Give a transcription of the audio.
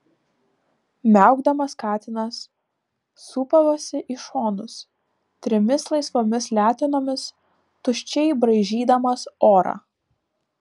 miaukdamas katinas sūpavosi į šonus trimis laisvomis letenomis tuščiai braižydamas orą